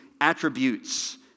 attributes